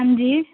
ਹਾਂਜੀ